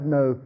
no